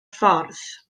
ffordd